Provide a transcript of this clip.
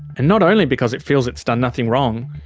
and not only because it feels it's done nothing wrong,